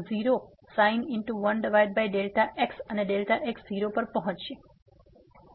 0 sin 1x અને Δx 0 પર પહોંચીએ છીએ